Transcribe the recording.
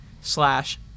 slash